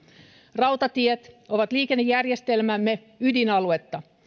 rautatiet ovat liikennejärjestelmämme ydinaluetta